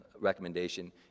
recommendation